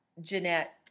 Jeanette